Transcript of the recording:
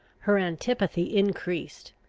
her antipathy increased.